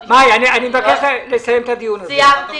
לצערי.